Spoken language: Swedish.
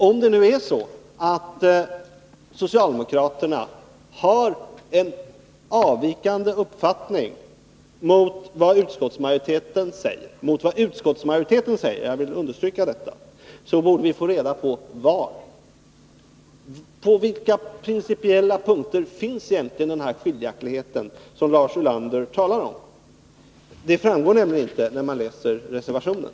Om det nu är så att socialdemokraterna har en avvikande uppfattning från utskottsmajoritetens uppfattning — jag vill understryka utskottsmajoriteten — borde vi få veta på vilka principiella punkter den skiljaktighet finns som Lars Ulander talade om. Det framgår nämligen inte av reservationen.